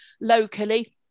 locally